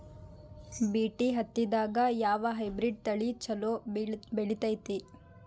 BT ಹತ್ತಿದಾಗ ಯಾವ hybrid ತಳಿ ಛಲೋ ಬೆಳಿತೈತಿ?